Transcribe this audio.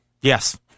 Yes